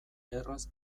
erraz